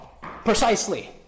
precisely